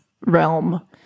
realm